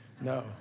No